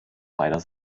beider